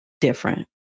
different